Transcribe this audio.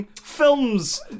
films